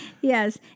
Yes